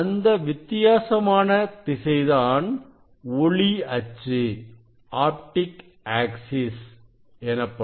அந்த வித்தியாசமான திசைதான் ஒளி அச்சு எனப்படும்